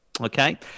Okay